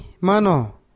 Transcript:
mano